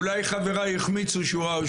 אולי חברי החמיצו שורה,